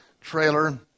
trailer